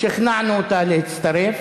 ושכנענו אותה להצטרף,